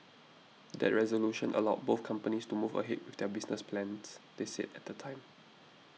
that resolution allowed both companies to move ahead with their business plans they said at the time